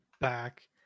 back